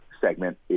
segment